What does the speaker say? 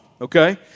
Okay